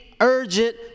urgent